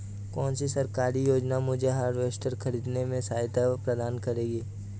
कौन सी सरकारी योजना मुझे हार्वेस्टर ख़रीदने में सहायता प्रदान करेगी?